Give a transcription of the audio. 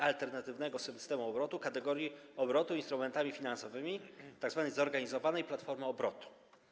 alternatywnego systemu obrotu, kategorii obrotu instrumentami finansowymi, tzw. zorganizowanej platformy obrotu.